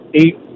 eight